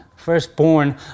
firstborn